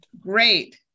Great